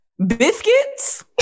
Biscuits